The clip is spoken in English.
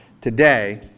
today